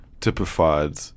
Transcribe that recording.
typified